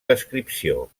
descripció